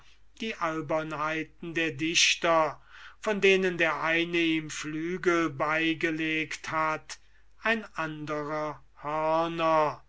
die albernheiten der dichter von denen der eine ihm flügel beigelegt hat ein anderer